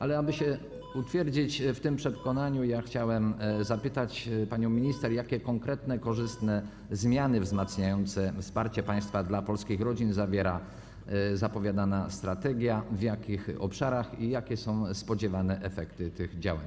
Ale aby się utwierdzić w tym przekonaniu, chciałem zapytać panią minister: Jakie konkretne korzystne zmiany wzmacniające wsparcie państwa dla polskich rodzin zawiera zapowiadana strategia, w jakich obszarach i jakie są spodziewane efekty tych działań?